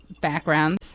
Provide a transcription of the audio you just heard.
backgrounds